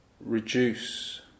reduce